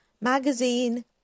magazine